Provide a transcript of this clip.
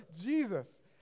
Jesus